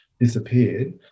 disappeared